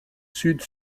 sud